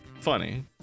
funny